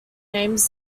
names